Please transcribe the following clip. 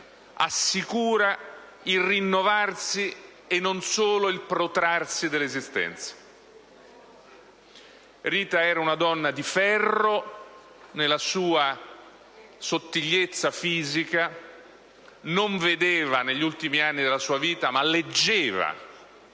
assicura il rinnovarsi e non solo il protrarsi dell'esistenza. Rita era una donna di ferro nella sua sottigliezza fisica. Non vedeva, negli ultimi anni della sua vita, ma leggeva